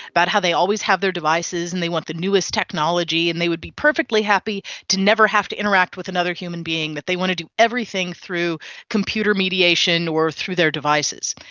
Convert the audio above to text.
about how they always have their devices and they want the newest technology and they would be perfectly happy to never have to interact with another human being, that they wanted to do everything through computer mediation or through their devices.